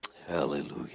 hallelujah